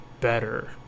better